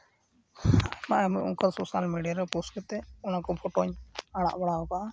ᱟᱭᱢᱟ ᱚᱱᱠᱟ social media ᱨᱮ ᱯᱳᱥᱴ ᱠᱟᱛᱮᱫ ᱚᱱᱟ ᱠᱚ ᱯᱷᱚᱴᱳᱧ ᱟᱲᱟᱜ ᱵᱟᱲᱟᱣ ᱠᱟᱜᱼᱟ